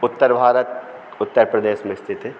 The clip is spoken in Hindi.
उत्तर भारत उत्तर प्रदेश में स्थित है